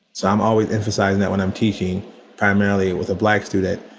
so i'm always emphasizing that when i'm teaching primarily with a black student,